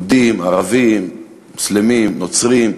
יהודים, ערבים, מוסלמים, נוצרים.